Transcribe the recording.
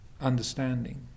understanding